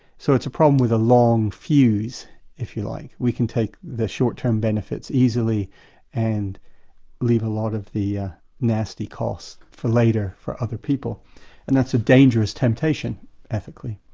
so it's a problem with a long fuse if you like. we can take the short-term benefits easily and leave a lot of the nasty costs for later for other people and that's a dangerous temptation ethically.